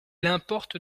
importe